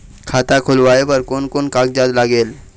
खाता खुलवाय बर कोन कोन कागजात लागेल?